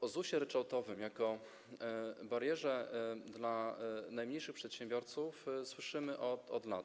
O ZUS-ie ryczałtowym jako barierze dla najmniejszych przedsiębiorców słyszymy od lat.